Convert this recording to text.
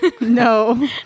no